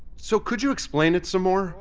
so could you explain it some more?